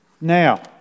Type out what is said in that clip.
Now